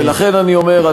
ולכן אני אומר,